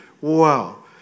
Wow